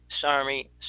sorry